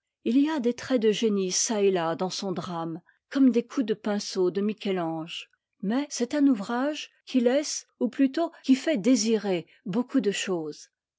h y a des traits de génie çà et là dans son drame comme des coups de pinceau de michel-ange mais c'est un ouvrage qui laisse ou plutôt qui fait désirer beaucoup de choses